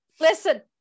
listen